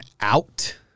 out